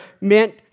meant